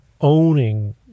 owning